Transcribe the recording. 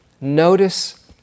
notice